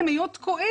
הן יהיו תקועות.